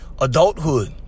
adulthood